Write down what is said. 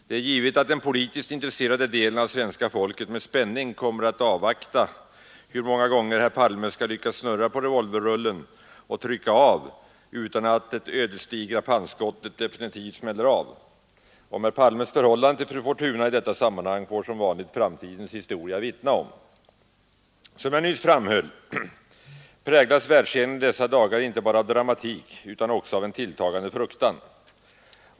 Det är givet att den politiskt intresserade delen av svenska folket med spänning kommer att avvakta hur många gånger herr Palme skall lyckas snurra på revolverrullen och trycka av utan att det ödesdigra pannskottet definitivt smäller av. Om herr Palmes förhållande till fru Fortuna i detta sammanhang får som vanligt framtidens historia vittna. Som jag nyss framhöll präglas världsscenen i dessa dagar icke bara av dramatik utan också av en tilltagande fruktan.